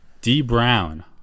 D-Brown